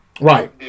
Right